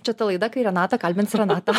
čia ta laida kai renatą kalbins renatą